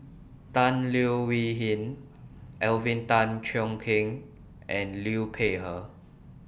Tan Leo Wee Hin Alvin Tan Cheong Kheng and Liu Peihe